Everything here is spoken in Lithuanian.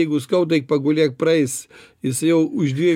jeigu skauda eik pagulėk praeis jis jau už dviejų